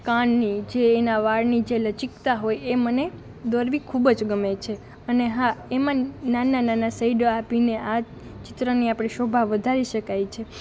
કાનની જે એના વાળની જે લચકતા હોય એ મને દોરવી ખૂબ જ ગમે છે અને હા એમાં નાના નાના સેઈડો આપીને આ ચિત્રની આપણે શોભા વધારી શકાય છે